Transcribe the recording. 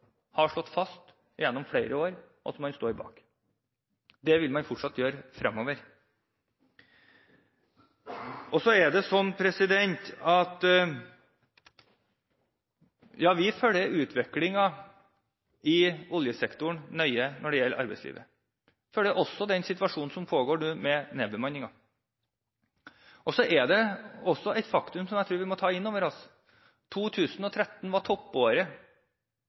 har slått fast gjennom flere år, og som man står bak. Det vil man fortsatt gjøre fremover. Så er det sånn at vi følger utviklingen i oljesektoren nøye når det gjelder arbeidslivet. Vi følger også den situasjonen som pågår med nedbemanning. Så er det også et faktum som jeg tror vi må ta inn over oss: 2012 og 2013 var